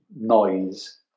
noise